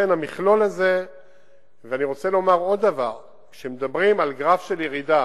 אני רוצה לומר עוד דבר: כשמדברים על גרף של ירידה,